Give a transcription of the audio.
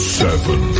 seven